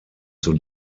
zur